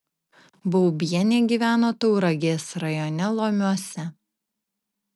baubienė gyveno tauragės rajone lomiuose